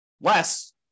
Less